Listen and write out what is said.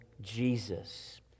Jesus